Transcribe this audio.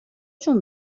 جون